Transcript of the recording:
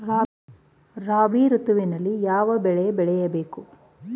ರಾಬಿ ಋತುವಿನಲ್ಲಿ ಯಾವ ಬೆಳೆ ಬೆಳೆಯ ಬೇಕು?